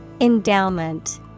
Endowment